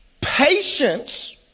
Patience